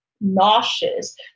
nauseous